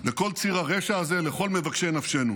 לכל ציר הרשע הזה, לכל מבקשי נפשנו.